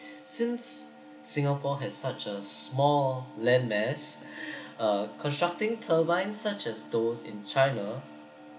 since singapore has such a small landmass uh constructing turbines such as those in china